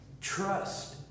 trust